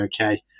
okay